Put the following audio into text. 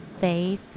faith